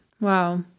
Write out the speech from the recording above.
Wow